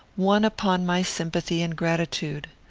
won upon my sympathy and gratitude.